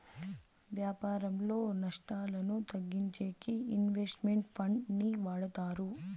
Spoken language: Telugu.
వ్యాపారంలో నష్టాలను తగ్గించేకి ఇన్వెస్ట్ మెంట్ ఫండ్ ని వాడతారు